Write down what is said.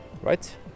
right